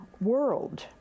world